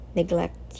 neglect